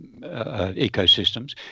ecosystems